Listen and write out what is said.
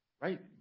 Right